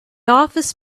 office